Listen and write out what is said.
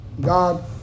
God